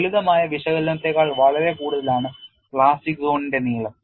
ലളിതമായ വിശകലനത്തേക്കാൾ വളരെ കൂടുതലാണ് പ്ലാസ്റ്റിക് സോണിന്റെ നീളം